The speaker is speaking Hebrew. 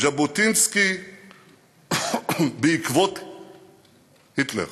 "ז'בוטינסקי בעקבות היטלר".